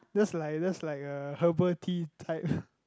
that's like that's like a herbal tea type